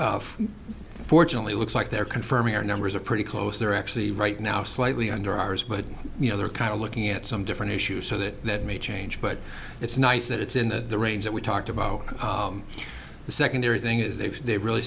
they fortunately looks like they're confirming our numbers are pretty close they're actually right now slightly under ours but you know they're kind of looking at some different issues so that may change but it's nice that it's in that the range that we talked about the secondary thing is if they really